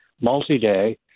multi-day